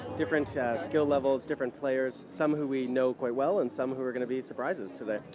different skill levels, different players, some who we know quite well and some who are gonna be surprises today.